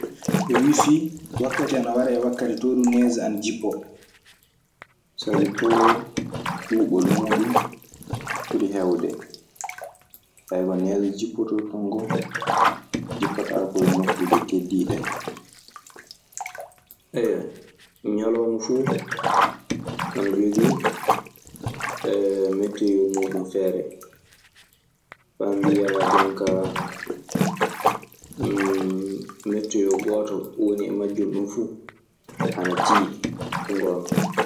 Rusi wakati ana wara e wakati, to dun nege ana jipoo. Sabi too ɓuuɓol muuɗun ɓuri heewde. ko nees jippotoo ton koo, jippataako e nokkuuje keddiiɗe ɗee. Ñalawma fuu ana jogii metteyoo muuɗun feere. Faa mbiyaa jonkaa metteyoo gooto woni e majjun ɗun fuu ana tiiɗi, so ngoonga.